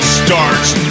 starts